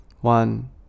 one